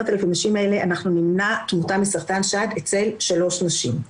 בעצם מתוך 10,000 נשים האלה נמנע תמותה מסרטן שד אצל שלוש נשים.